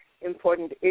important